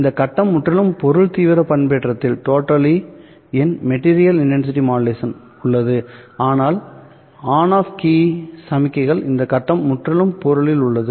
இந்த கட்டம் முற்றிலும் பொருள் தீவிரம் பண்பேற்றத்தில் உள்ளது அல்லது ஆன் ஆஃப் கீ சமிக்ஞைகள் இந்த கட்டம் முற்றிலும் பொருளில் உள்ளது